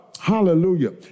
Hallelujah